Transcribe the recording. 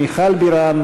מיכל בירן,